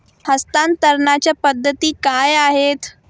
हस्तांतरणाच्या पद्धती काय आहेत?